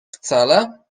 wcale